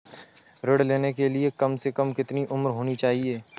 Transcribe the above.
ऋण लेने के लिए कम से कम कितनी उम्र होनी चाहिए?